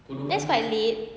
that's quite late